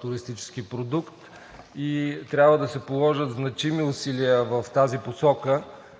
туристически продукт и трябва да се положат значими усилия в тази посока.